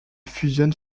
fusionne